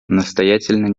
настоятельно